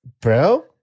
bro